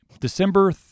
December